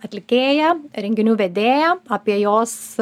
atlikėja renginių vedėja apie jos